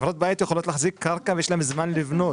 חברות בית יכולות להחזיק קרקע ויש להן זמן לבנות.